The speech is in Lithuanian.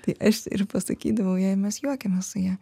tai aš ir pasakydavau jai mes juokiamės su ja